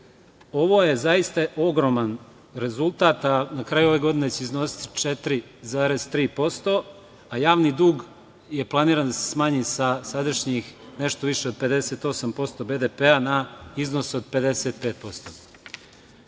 Ovo je zaista ogroman rezultat, a na kraju ove godine će iznositi 4,3%. Javni dug je planiran da se smanji sa sadašnjih nešto više od 58% BDP-a na iznos od